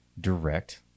direct